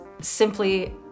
simply